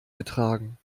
getragen